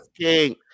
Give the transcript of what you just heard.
king